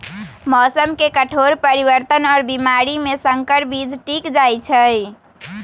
मौसम के कठोर परिवर्तन और बीमारी में संकर बीज टिक जाई छई